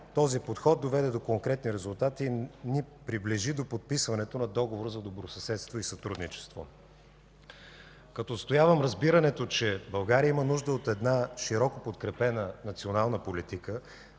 Този подход доведе до конкретни резултати и ни приближи до подписването на Договор за добросъседство и сътрудничество. Като отстоявам разбирането, че България има нужда от една широко подкрепена национална политика,